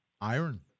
Iron